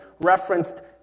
referenced